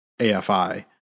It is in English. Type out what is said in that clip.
AFI